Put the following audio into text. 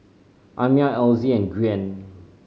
Amiah Elzy and Gwyn